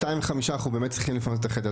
14:05 אנחנו באמת צריכים לפנות את החדר,